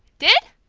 did?